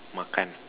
makan